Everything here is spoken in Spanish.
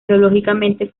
geológicamente